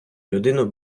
людину